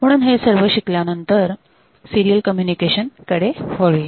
म्हणून हे सर्व शिकल्यानंतर सिरीयल कम्युनिकेशन कडे वळूया